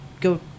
go